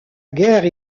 guerre